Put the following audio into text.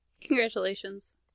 Congratulations